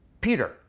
Peter